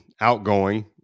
outgoing